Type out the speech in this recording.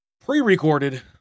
pre-recorded